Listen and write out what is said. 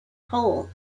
whole